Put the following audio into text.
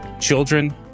children